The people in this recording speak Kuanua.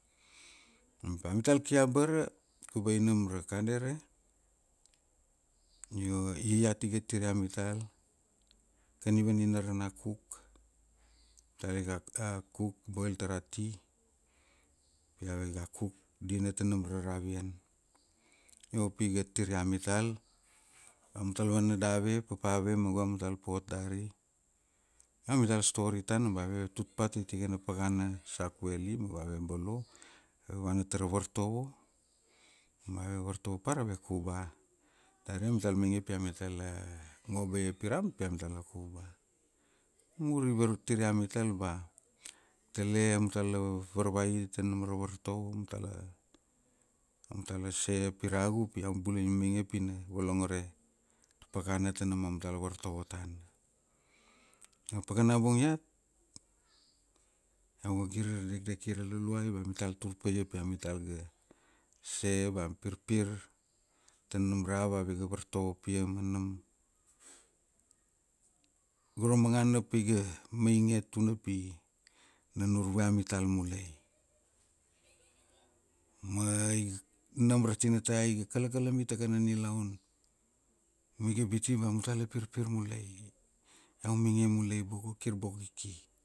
A mital ki abara, kubai nam ra kadere, io ia iat iga tiria mital, kave ninara na kuk, tali ga, a kuk, boil tara tea, pi avega kuk, dinner tanam ra ravian. Io pi ga tiria mital. Amutal ga vana dave? Papa ave ma go amutal pot dari? Io amital story tana ba ave tut pa tai tikana pakana Sak Veli ma go ave bolo, ave vana tara vartovo, ma ave vartovo par ave kuba. Dari ma amital mainge pi amitla ngo ba ia piram pi amitala kuba. Mur i tiria mital ba, tele amutala varvai tana ra vartovo, mutala, amuatala share piragu pi iau bula ina mainge pina volongore ta pakana tana amutal vortovo tana. Io pakana bung iat, iau ga gire ra dekdeki ra Luluai ve amital tur paia pi amitala ga share ba pirpir tanam ra ava amital ga vartovo upia ma nam. Go ra managana paiga mainge tuana pi, na nurvue amital mule. Ma nam ra tinatan iga kalakalami ta kana nilaun, ma iga biti ba amutala pirpir mulai. Iau mainge mulai boko kir boko iki.